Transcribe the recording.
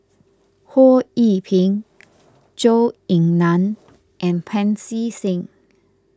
Ho Yee Ping Zhou Ying Nan and Pancy Seng